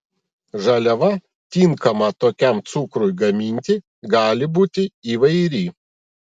žaliava tinkama tokiam cukrui gaminti gali būti įvairi